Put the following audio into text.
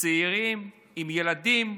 צעירים עם ילדים,